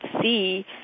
see